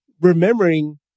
remembering